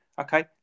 Okay